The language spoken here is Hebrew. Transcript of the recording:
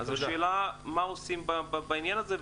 השאלה מה עושים בעניין הזה.